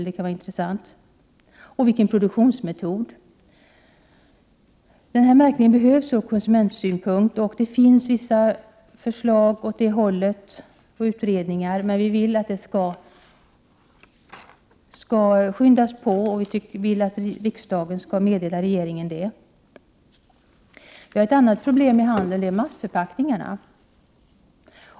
Det är inte bara när det gäller livsmedel som detta kan vara intressant. Denna märkning behövs ur konsumentsynpunkt. Det finns vissa förslag och utredningar som pekar åt det hållet, men vi vill att detta arbete skall skyndas på och att riksdagen skall ge regeringen detta till känna. Ett annat problem inom handeln är massförpackningarna.